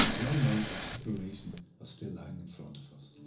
long month of separation are still lying in front of us.